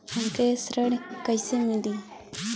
हमके ऋण कईसे मिली?